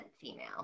female